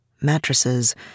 mattresses